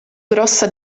grossa